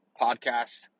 podcast